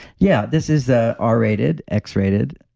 yeah this is ah r rated, x rated.